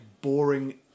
boring